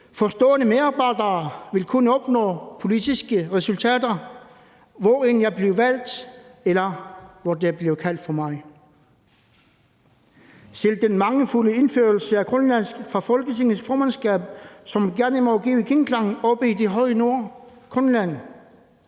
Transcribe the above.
forstående medarbejdere vil kunne opnå politiske resultater, hvorend jeg bliver valgt, eller hvor der bliver kaldt på mig. Selv den mangelfulde indførelse af grønlandsk fra Folketingets formandskab må gerne give genklang oppe i det høje nord, Grønland,